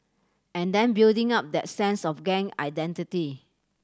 and then building up that sense of gang identity